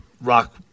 rock